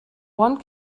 one